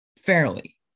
fairly